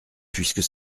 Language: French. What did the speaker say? puisque